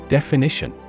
Definition